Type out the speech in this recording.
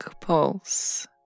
pulse